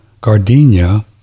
gardenia